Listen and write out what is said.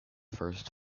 first